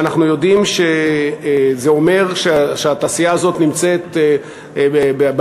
ואנחנו יודעים שזה אומר שהתעשייה הזאת נמצאת בפריפריה,